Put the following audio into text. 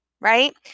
right